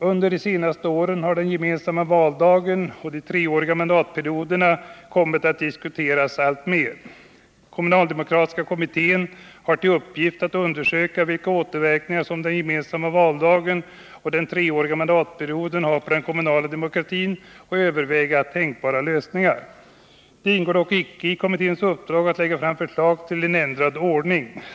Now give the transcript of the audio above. Under de senaste åren har den gemensamma valdagen och de treåriga mandatperioderna kommit att diskuteras alltmer. Kommunaldemokratiska kommittén har till uppgift att undersöka vilka återverkningar som den gemensamma valdagen och den treåriga mandatperioden har på den kommunala demokratin och att överväga tänkbara lösningar. Det ingår dock inte i kommitténs uppdrag att lägga fram förslag till en ändrad ordning.